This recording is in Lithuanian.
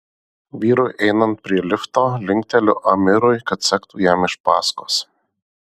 vyrui einant prie lifto linkteliu amirui kad sektų jam iš paskos